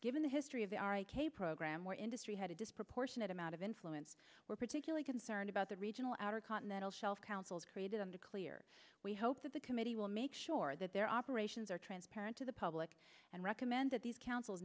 given the history of the program where industry had a disproportionate amount of influence were particularly concerned about the regional outer continental shelf councils created under clear we hope that the committee will make sure that their operations are transparent to the public and recommend that these c